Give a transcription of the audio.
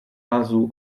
razu